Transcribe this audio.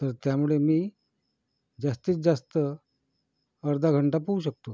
तर त्यामुळे मी जास्तीत जास्त अर्धा घंटा पोहू शकतो